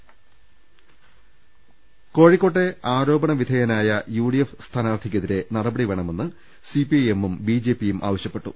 ൃ കോഴി ക്കോട്ടെ ആരോ പണ വിധേയനായ യുഡി എഫ് സ്ഥാനാർത്ഥിക്കെതിരെ നടപടി വേണമെന്ന് സിപിഐഎമ്മും ബിജെ പിയും ആവശ്യപ്പെട്ടു